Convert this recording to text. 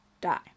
die